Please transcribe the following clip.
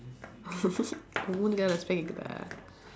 உன் மூஞ்சுக்கு எல்லாம்:un muunjsukku ellaam respect கேட்குதா:keetkuthaa